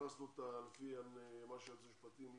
לפי המלצת היועצת המשפטית,